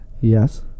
Yes